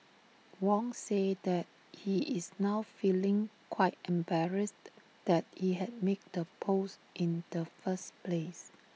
Wong said that he is now feeling quite embarrassed that he had made the post in the first place